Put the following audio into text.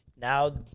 now